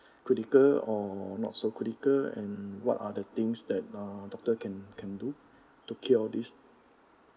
critical or not so critical and what are the things that uh doctor can can do to cure this